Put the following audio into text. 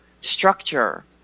structure